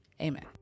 amen